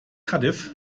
cardiff